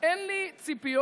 אין לי ציפיות